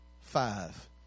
five